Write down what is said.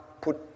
put